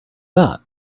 that